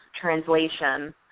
translation